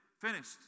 Finished